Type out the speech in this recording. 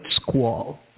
Squall